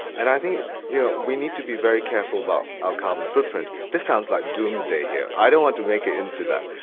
and i think you know we need to be very careful about our carbon footprint. this sounds like doomsday here. i don't want to make it into that.